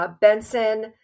Benson